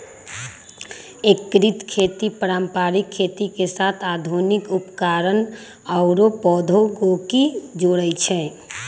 एकीकृत खेती पारंपरिक खेती के साथ आधुनिक उपकरणअउर प्रौधोगोकी के जोरई छई